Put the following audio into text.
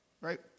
right